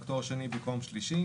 רק תואר שני במקום שלישי,